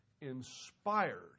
inspired